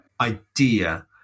idea